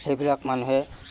সেইবিলাক মানুহে